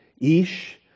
Ish